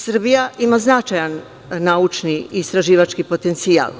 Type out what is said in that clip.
Srbija ima značajan naučni i istraživački potencijal.